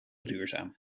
duurzaam